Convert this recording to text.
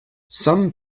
some